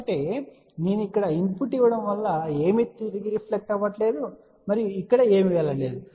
కాబట్టి నేను ఇక్కడ ఇన్పుట్ ఇవ్వడం వల్ల ఏమీ తిరిగి రిఫ్లెక్ట్ అవ్వదు మరియు ఇక్కడ ఏమీవెళ్లడం లేదు